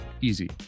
easy